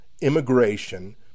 immigration